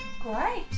great